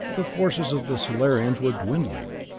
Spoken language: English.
the forces of the solarians were dwindling,